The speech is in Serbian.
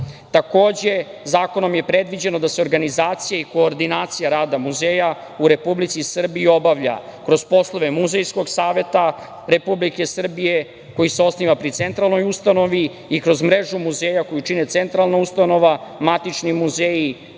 nalazi. Takođe, zakonom je predviđeno da se organizacija i koordinacija rada muzeja u Republici Srbiji obavlja kroz poslove muzejskog saveta Republike Srbije koji se osniva pri centralnoj ustanovi i kroz mrežu muzeja koju čine centralna ustanova, matični muzeji,